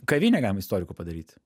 kavinę galim istorikų padaryt